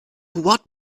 what